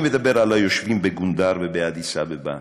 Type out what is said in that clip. אני מדבר על היושבים בגונדר ובאדיס-אבבה,